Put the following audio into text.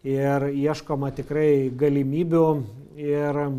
ir ieškoma tikrai galimybių ir